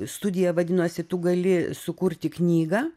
studija vadinosi tu gali sukurti knygą